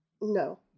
no